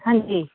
ਹਾਂਜੀ